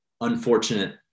unfortunate